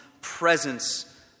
presence